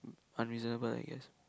unreasonable I guess